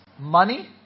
money